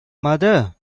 mother